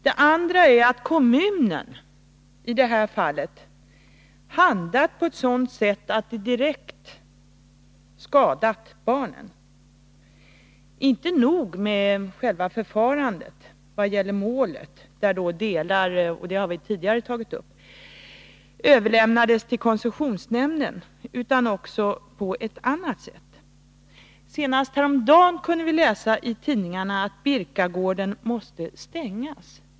Ett annat skäl är att kommunen i detta fall har handlat på ett sätt som direkt skadat barnen — inte nog med dess förfarande vad gäller själva målet, där delar överlämnades till koncessionsnämnden, något som vi tidigare har tagit upp, utan också på annat sätt. Senast häromdagen kunde vii tidningarna läsa att Birkagården måste stängas.